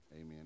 Amen